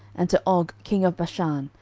and to og king of bashan,